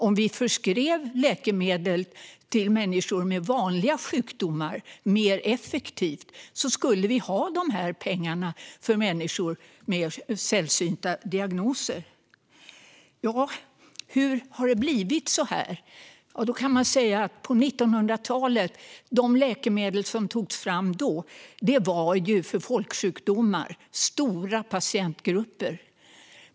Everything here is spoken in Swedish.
Om vi förskrev läkemedel till människor med vanliga sjukdomar mer effektivt skulle vi ha pengar för människor med mer sällsynta diagnoser. Hur har det blivit så här? De läkemedel som togs fram på 1900-talet gällde folksjukdomar och stora patientgrupper.